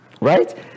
Right